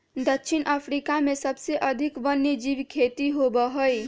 दक्षिण अफ्रीका में सबसे अधिक वन्यजीव खेती होबा हई